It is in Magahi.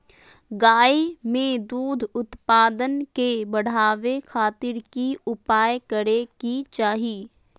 गाय में दूध उत्पादन के बढ़ावे खातिर की उपाय करें कि चाही?